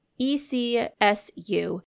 ECSU